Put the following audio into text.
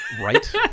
Right